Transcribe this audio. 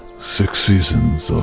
six seasons